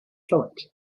fillet